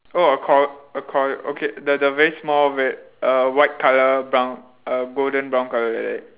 oh a corg~ a corg~ okay the the very small ver~ uh white colour brown uh golden brown colour like that